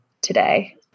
today